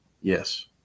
yes